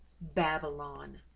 Babylon